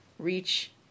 Reach